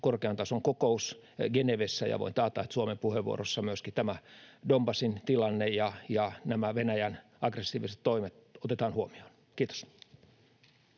korkean tason kokous Genevessä, ja voin taata, että Suomen puheenvuorossa myöskin tämä Donbasin tilanne ja nämä Venäjän aggressiiviset toimet otetaan huomioon. — Kiitos.